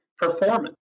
Performance